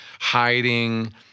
hiding